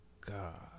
God